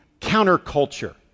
counterculture